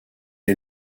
est